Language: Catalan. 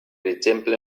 exemple